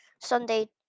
Sunday